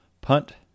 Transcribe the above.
punt